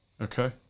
Okay